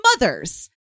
mothers